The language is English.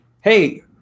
hey